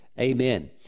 Amen